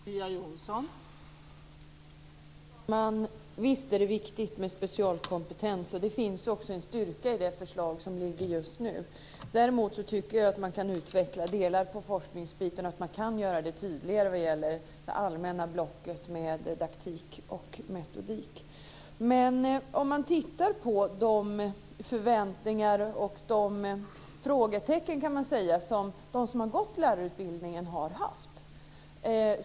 Fru talman! Visst är det viktigt med specialkompetens, och det finns också en styrka i det förslag som ligger just nu. Däremot tycker jag att man kan utveckla delar när det gäller forskningen och att man kan göra det allmänna blocket med didaktik och metodik tydligare. Man kan titta på de förväntningar och de funderingar som de som har gått lärarutbildningen har haft.